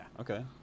Okay